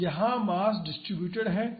तो यहाँ mass distributed है